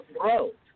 throat